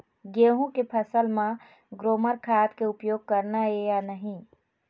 गेहूं के फसल म ग्रोमर खाद के उपयोग करना ये या नहीं?